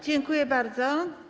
Dziękuję bardzo.